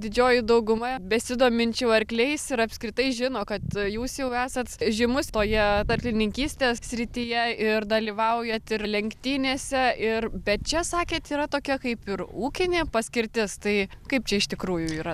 didžioji dauguma besidominčių arkliais ir apskritai žino kad jūs jau esat žymus toje arklininkystės srityje ir dalyvaujat ir lenktynėse ir bet čia sakėt yra tokia kaip ir ūkinė paskirtis tai kaip čia iš tikrųjų yra